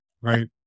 right